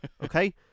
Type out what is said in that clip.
Okay